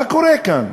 מה קורה כאן?